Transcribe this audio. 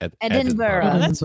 Edinburgh